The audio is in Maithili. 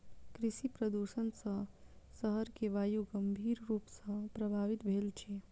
कृषि प्रदुषण सॅ शहर के वायु गंभीर रूप सॅ प्रभवित भेल अछि